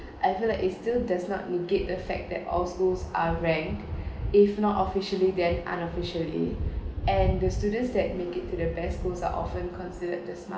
I feel like is still does not negate the fact that all schools are ranked if not officially then unofficially and the students that make it to the best who are often considered the smart